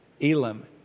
Elam